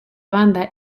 banda